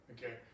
Okay